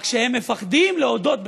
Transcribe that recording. רק שהם מפחדים להודות בכך.